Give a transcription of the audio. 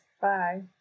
Bye